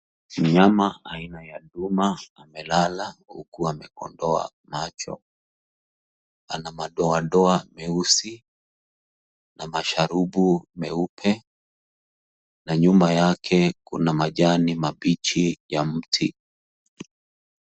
Mnyama aina ya duma amelala huku amekodoa macho, ana madoadoa meusi na masharubu meupe. Na nyuma yake, kuna majani mabichi ya mti.